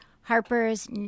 Harper's